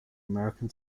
american